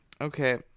Okay